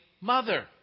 mother